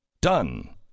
Done